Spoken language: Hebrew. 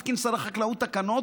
התקין שר החקלאות תקנות,